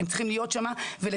הם צריכים להיות שם ולטפל.